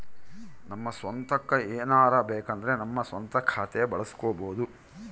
ನಮ್ಮ ಸ್ವಂತಕ್ಕ ಏನಾರಬೇಕಂದ್ರ ನಮ್ಮ ಸ್ವಂತ ಖಾತೆ ಬಳಸ್ಕೋಬೊದು